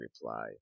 reply